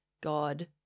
God